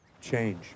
Change